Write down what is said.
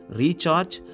recharge